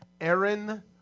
Aaron